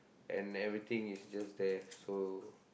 and everything is just there so